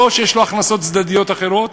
לא שיש לו הכנסות צדדיות אחרות,